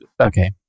Okay